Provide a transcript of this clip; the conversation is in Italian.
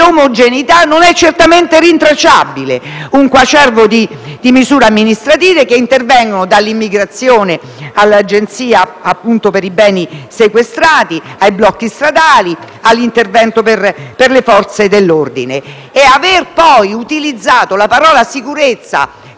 l'omogeneità non è certamente rintracciabile: un coacervo di misure amministrative che intervengono su diversi temi, dall'immigrazione all'agenzia per i beni sequestrati, ai blocchi stradali, alle misure per le Forze dell'ordine. Aver, poi, utilizzato la parola «sicurezza»